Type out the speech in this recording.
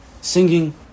Singing